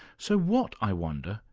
so what, i wonder,